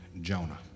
jonah